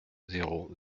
zéro